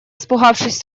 испугавшись